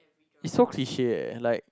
it's so cliche eh like